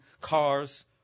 cars